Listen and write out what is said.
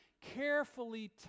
carefully